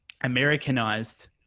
Americanized